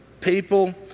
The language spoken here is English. people